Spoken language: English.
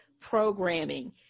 Programming